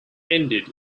ended